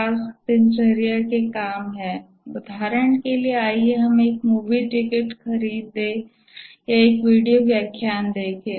task दिनचर्या के काम हैं उदाहरण के लिएआइए हम एक मूवी टिकट खरीदें या एक वीडियो व्याख्यान देखें